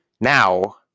now